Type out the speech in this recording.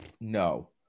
No